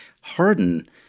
Harden